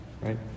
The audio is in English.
right